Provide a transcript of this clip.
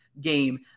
game